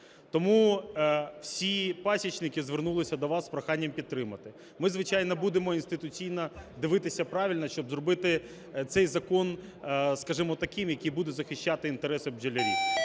Тому всі пасічники звернулися до вас із проханням підтримати. Ми, звичайно, будемо інституційно дивитися правильно, щоб зробити цей закон, скажімо, таким, який буде захищати інтереси бджолярів